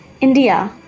India